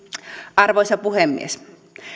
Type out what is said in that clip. arvoisa puhemies